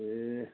ए